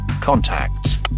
Contacts